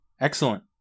Excellent